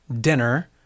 dinner